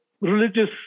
religious